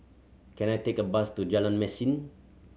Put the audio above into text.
can I take a bus to Jalan Mesin